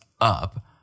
up